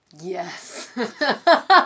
yes